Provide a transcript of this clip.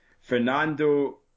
Fernando